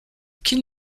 qu’ils